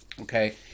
Okay